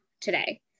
today